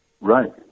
Right